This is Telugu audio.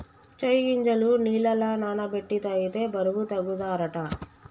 చై గింజలు నీళ్లల నాన బెట్టి తాగితే బరువు తగ్గుతారట